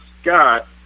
Scott